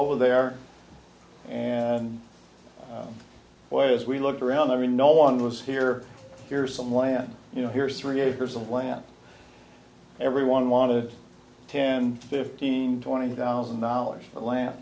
over there and well as we look around i mean no one was here here's some land you know here's three acres of land everyone wanted ten fifteen twenty thousand dollars for the land